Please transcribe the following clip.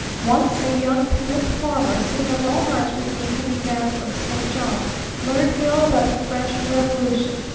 once a young canuck farmer sitting up all night with me coming down from st. john learned me all about the french revolution.